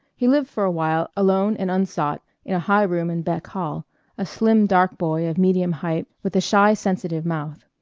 he lived for a while alone and unsought in a high room in beck hall a slim dark boy of medium height with a shy sensitive mouth.